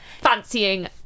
fancying